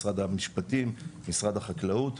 משרד המשפטים ומשרד החקלאות.